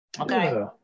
Okay